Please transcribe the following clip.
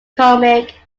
comic